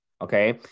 okay